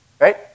right